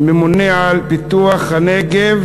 ממונה על פיתוח הנגב